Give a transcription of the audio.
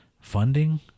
funding